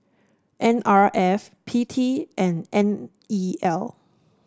N R F P T and N E L